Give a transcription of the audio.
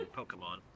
Pokemon